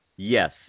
Yes